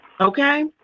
okay